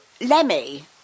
Lemmy